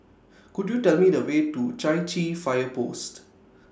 Could YOU Tell Me The Way to Chai Chee Fire Post